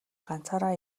ганцаараа